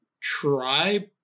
try